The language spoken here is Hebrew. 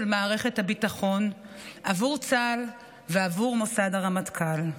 מערכת הביטחון בעבור צה"ל ובעבור מוסד הרמטכ"ל.